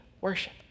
worship